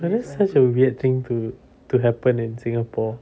but it's such a weird thing to to happen in singapore